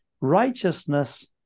righteousness